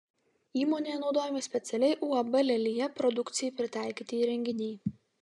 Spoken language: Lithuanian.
įmonėje naudojami specialiai uab lelija produkcijai pritaikyti įrenginiai